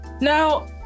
Now